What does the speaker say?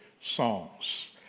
songs